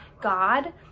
God